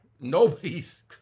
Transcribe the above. Nobody's